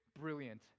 brilliant